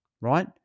right